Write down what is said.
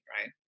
right